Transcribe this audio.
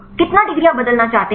कितना डिग्री आप बदलना चाहते हैं